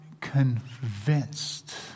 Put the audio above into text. convinced